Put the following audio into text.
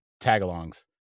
Tagalongs